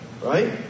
right